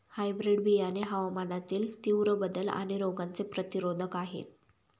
hybrid बियाणे हवामानातील तीव्र बदल आणि रोगांचे प्रतिरोधक आहे